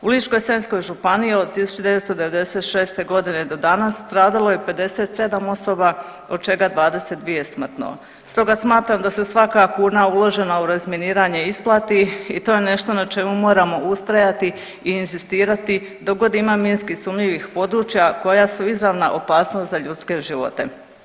U Ličko-senjskoj županiji od 1996. godine do danas stradalo je 57 osoba od čega 22 smrtno, stoga smatram da se svaka kuna uložena u razminiranje isplati i to je nešto na čemu moramo ustrajati i inzistirati dok god ima minski sumnjivih područja koja su izravna opasnost za ljudske živote.